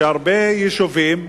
שהרבה יישובים,